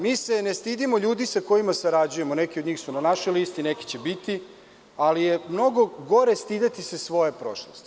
Mi se ne stidimo ljudi sa kojima sarađujemo, neki od njih su na našoj listi, neki će biti, ali je mnogo gore stideti se svoje prošlosti.